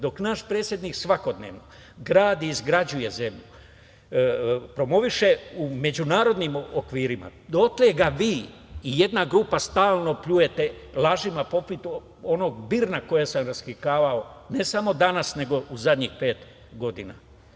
Dok naš predsednik svakodnevno radi i izgrađuje zemlju, promoviše u međunarodnim okvirima dotle ga vi i jedna grupa stalno pljujete lažima poput onog BIRN koga sam raskrinkavao ne samo danas nego u zadnjih pet godina.